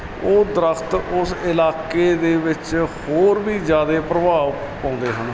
ਉਹ ਦਰਖਤ ਉਸ ਇਲਾਕੇ ਦੇ ਵਿੱਚ ਹੋਰ ਵੀ ਜ਼ਿਆਦਾ ਪ੍ਰਭਾਵ ਪਾਉਂਦੇ ਹਨ